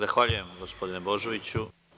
Zahvaljujem, gospodine Božoviću.